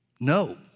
No